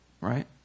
right